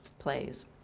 plays.